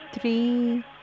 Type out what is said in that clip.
three